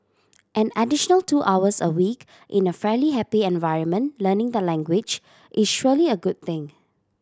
an additional two hours a week in a fairly happy environment learning the language is surely a good thing